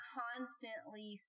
constantly